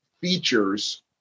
features